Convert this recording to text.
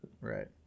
Right